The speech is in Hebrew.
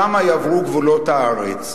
שם יעברו גבולות הארץ.